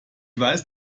weiß